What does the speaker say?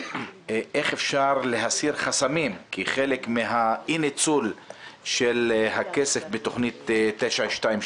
איך אפשר להסיר חסמים כי חלק מהאי ניצול של הכסף בתכנית 922,